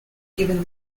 given